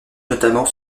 notamment